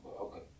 Okay